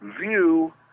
view